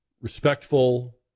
respectful